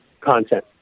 content